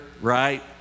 right